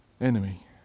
enemy